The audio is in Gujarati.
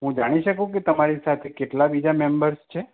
હું જાણી શકું કે તમારી સાથે કેટલા બીજા મેમ્બર્સ છે